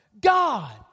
God